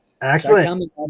Excellent